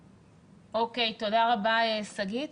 תודה רבה, שגית.